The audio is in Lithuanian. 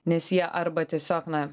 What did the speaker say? nes jie arba tiesiog na